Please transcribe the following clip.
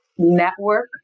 network